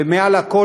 ומעל הכול,